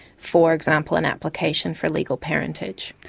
for example an application for legal parentage.